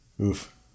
Oof